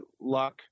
luck